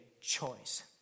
choice